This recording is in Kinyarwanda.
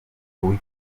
uw’i